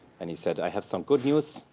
and he said, i have some good news,